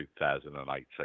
2018